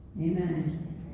amen